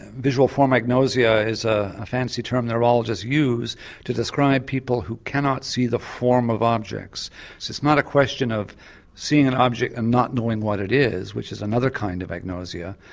visual form agnosia is a fancy term neurologists use to describe people who cannot see the form of objects. so it's not a question of seeing an object and not knowing what it is, which is another kind of agnosia,